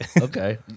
Okay